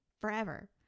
forever